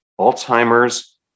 Alzheimer's